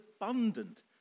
abundant